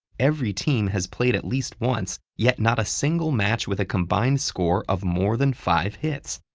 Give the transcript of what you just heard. every team has played at least once, yet not a single match with a combined score of more than five hits!